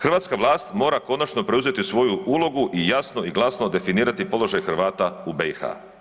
Hrvatska vlast mora konačno preuzeti svoju ulogu i jasno i glasno definirati položaj Hrvata u BiH.